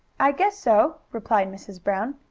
i guess so, replied mrs. brown.